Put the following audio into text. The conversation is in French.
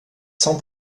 sans